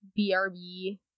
brb